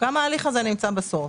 גם ההליך הזה נמצא בסוף,